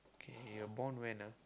K you're born when ah